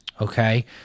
okay